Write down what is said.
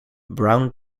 brown